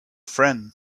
friend